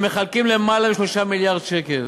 הם מחלקים למעלה מ-3 מיליארד שקל,